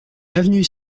avenue